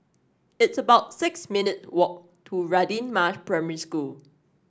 it's about six minute walk to Radin Mas Primary School